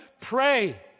Pray